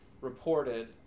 reported